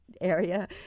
area